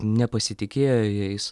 nepasitikėjo jais